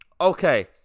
okay